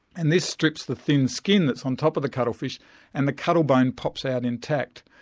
and this strips the thin skin that's on top of the cuttlefish and the cuttlebone pops out intact.